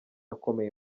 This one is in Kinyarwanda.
akomeye